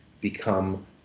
become